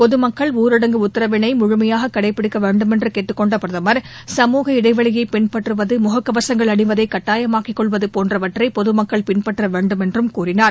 பொதுமக்கள் ஊரடங்கு உத்தரவினை முழுமையாக கடைபிடிக்க வேண்டுமென்று கேட்டுக் கொண்ட பிரதமா் சமூக இடைவெளியை பின்பற்றுவது முகக்கவசங்கள் அணிவதை கட்டாயமாக்கிக் கொள்வது போன்றவற்றை பொதுமக்கள் பின்பற்ற வேண்டுமென்றும் கூறினார்